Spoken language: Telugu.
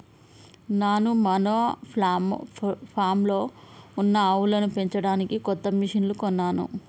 నాను మన ఫామ్లో ఉన్న ఆవులను పెంచడానికి కొత్త మిషిన్లు కొన్నాను